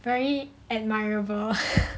very admirable